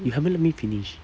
you haven't let me finish